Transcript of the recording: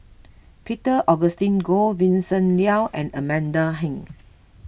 Peter Augustine Goh Vincent Leow and Amanda Heng